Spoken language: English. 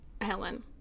Helen